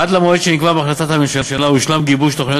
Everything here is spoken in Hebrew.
עד למועד שנקבע בהחלטת הממשלה הושלם גיבוש תוכנית